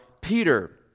Peter